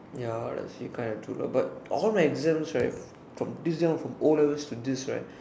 ya treat kind of tool ah but all the exams right from this young from o-levels to this right